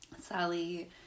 Sally